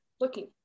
looking